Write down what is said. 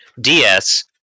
DS